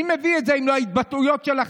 מי מביא את זה אם לא ההתבטאויות שלכם?